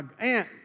aunt